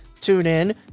TuneIn